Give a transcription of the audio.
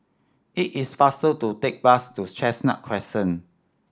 it is faster to take bus to Chestnut Crescent